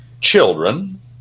children